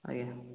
ଆଜ୍ଞା